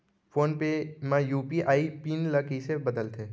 Phone पे म UPI PIN ल कइसे बदलथे?